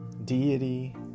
deity